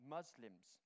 Muslims